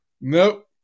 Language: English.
Nope